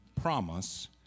promise